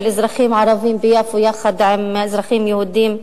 אזרחים ערבים ביפו יחד עם אזרחים יהודים,